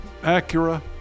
Acura